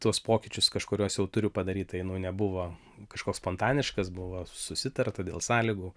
tuos pokyčius kažkuriuos jau turiu padaryt tai nu nebuvo kažkoks spontaniškas buvo susitarta dėl sąlygų